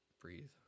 Breathe